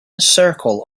circle